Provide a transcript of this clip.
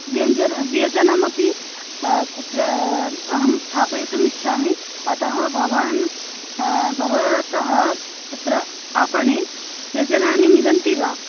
व्यञ्जनं व्यजनम् अपि कुत्र अहं स्थापयितुम् इच्छामि अतः भवान् भवतः तत्र आपणे व्यजनानि मिलन्ति वा